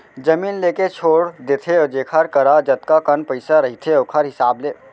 जमीन लेके छोड़ देथे जेखर करा जतका कन पइसा रहिथे ओखर हिसाब ले